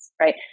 right